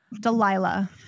Delilah